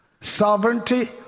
sovereignty